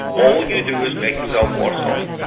all you do is make yourself worse off.